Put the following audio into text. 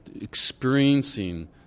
experiencing